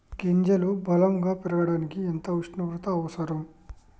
గింజలు బలం గా పెరగడానికి ఎంత ఉష్ణోగ్రత అవసరం?